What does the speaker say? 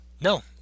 No